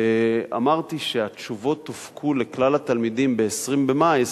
אמרתי שהתשובות הופקו לכלל התלמידים ב-20 במאי,